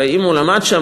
הרי אם הוא למד שם,